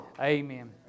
Amen